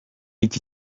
iki